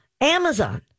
Amazon